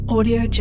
Audio